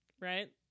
right